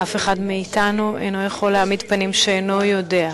אף אחד מאתנו אינו יכול להעמיד פנים שאינו יודע,